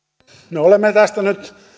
me olemme tästä nyt